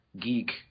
geek